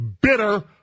bitter